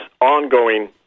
ongoing